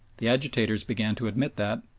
the agitators began to admit that,